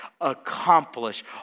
accomplish